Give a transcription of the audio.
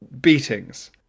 beatings